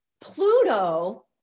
Pluto